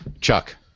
Chuck